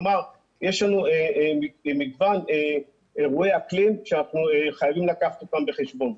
כלומר יש לנו מגוון אירועי אקלים שאנחנו חייבים לקחת אותם בחשבון.